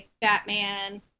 Batman